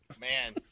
Man